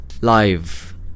live